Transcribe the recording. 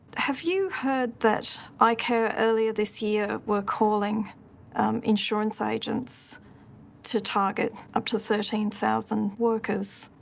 have you heard that ah icare earlier this year were calling insurance agents to target up to thirteen thousand workers,